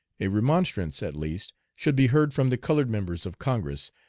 a remonstrance at least should be heard from the colored members of congress,